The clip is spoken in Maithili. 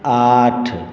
आठ